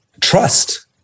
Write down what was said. trust